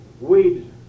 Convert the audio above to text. Weed's